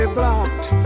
blocked